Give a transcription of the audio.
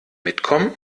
mitkommen